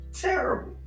terrible